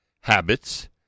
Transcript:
habits